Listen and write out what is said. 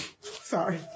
Sorry